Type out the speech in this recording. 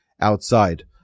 outside